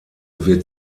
wird